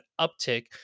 uptick